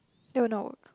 it will not work